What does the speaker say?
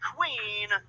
Queen